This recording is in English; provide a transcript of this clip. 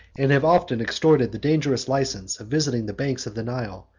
and have often extorted the dangerous license of visiting the banks of the nile,